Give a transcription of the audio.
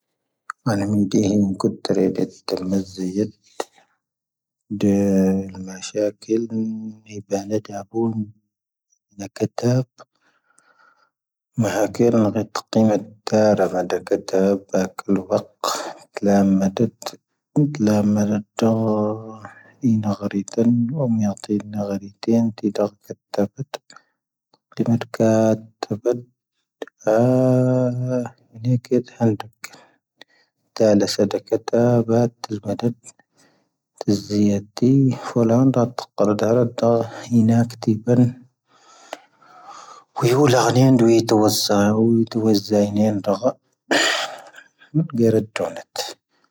ʻⴰⵏⴰⵎⵉⴷⵉⵀⵉⵎ ⴽⵓⵜⵔ ʻⴰⴷⵉⴷ ʻⴰⵍⵎⴰⵣⵣⴻ ⵢⴰⴷ ʻⴷⵉ ʻⴰⵍⵎⴰⵙⵀⴰⴽⵉⵍ ʻⵉⴱⴰⵀ ⵏⴰⴷ ʻⴰⴱⵓⵏ ʻⵉⵏⴰⵇⴰⵜāp. ʻⴰⴽⵉⵔ ⵏⴳⴰⵜ ⵇⵉ ⵎⴰⴷⴷāⵔ ⵎⴰⴷⴷⴰⴽⴰⵜāⴱāⴽ ⴰⵍ ⵡⴰⴽ. ʻⴳⵍⴰⵎⴰⴷⴰⴷ ʻⴰⴷⵍⴰⵎⴰⴷ ʻⴰⴷ ʻⵉⵏⴰⵇⴰⵔⵉⵜāⵏ. ʻⵡⴰⵎ ⵢⴰⴷ ʻⴰⴷ ʻⵉⵏⴰⵇⴰⵔⵉⵜāⵏ ʻⵜⵉⴷāⴽⴰⵜāⴱāⵜ. ʻⵇⵉ ⵎⴰⴷⴷⴰⴽāⵜāⴱāⵜ ʻⴰ ʻⵉⵏⴰⵇⴰⵜāⵍ ⴷʻⴰⴽ. ʻⵜāⵍⴰⵙⴰ ⴷʻⴰⴽⴰⵜāⴱāⵜ ʻⴰⴷ ʻⴰⴷ ʻⴰⴷ ʻⴰⴷ ʻⴰⵣⵉⵢⴰⵜī. ʻⴼo ʻⵍā ʻⴰⴷ ʻⴰⵜ ʻⵇⴰⵔⵉⴷā ʻⴰⴷ ʻⴰ ʻⵉⵏⴰⵇⵜīⴱāⵏ. ʻⵓ ん ⵍā ʻⵉⵏⴰ ʻⴰ ʻⵉⴷ ʻⵜⴰⵡⴰⵜ ʰⴰ ʻⵓ ʻⵉ ʻⵜⴰⵡⴰⵙ ʻⴷⴰ ʻⵉⵏⴰ ʻⴰⵜ ʻⴰⴽ. ʻⴳⴻⵜ ʰⴰⴷ ʻⴰⵀ ʻⵜⴰⵡⵏⴰⵜ.